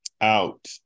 out